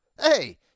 hey